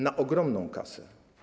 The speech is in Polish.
Na ogromną kasę.